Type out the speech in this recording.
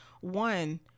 one